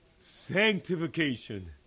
Sanctification